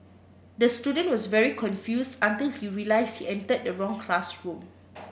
the student was very confused until he realised he entered the wrong classroom